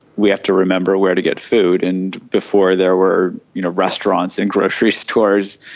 we have to remember where to get food, and before there were you know restaurants and grocery stores,